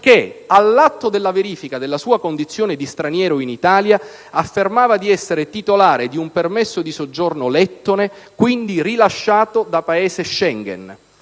che, all'atto della verifica della sua condizione di straniero in Italia, affermava di essere titolare di un permesso di soggiorno lettone, quindi rilasciato da Paese Schengen.